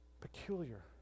peculiar